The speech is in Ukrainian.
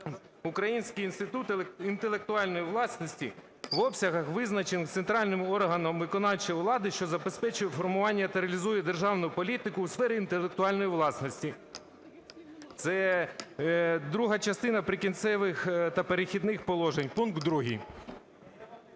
"Український інститут інтелектуальної власності" в обсягах, визначених центральним органам виконавчої влади, що забезпечує формування та реалізує державну політику у сфері інтелектуальної власності". Це друга частина "Прикінцевих та перехідних положень" пункт 2.